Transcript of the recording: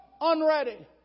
unready